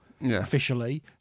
officially